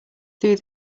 through